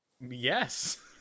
Yes